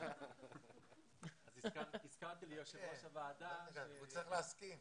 הוא צריך להזכיר.